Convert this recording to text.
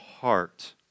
heart